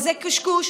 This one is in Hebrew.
זה קשקוש.